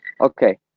okay